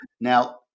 Now